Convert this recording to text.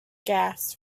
gas